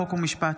חוק ומשפט.